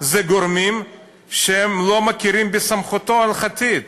אלה גורמים שלא מכירים בסמכותו ההלכתית.